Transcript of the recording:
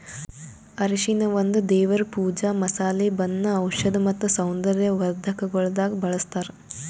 ಅರಿಶಿನ ಒಂದ್ ದೇವರ್ ಪೂಜಾ, ಮಸಾಲೆ, ಬಣ್ಣ, ಔಷಧ್ ಮತ್ತ ಸೌಂದರ್ಯ ವರ್ಧಕಗೊಳ್ದಾಗ್ ಬಳ್ಸತಾರ್